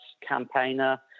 campaigner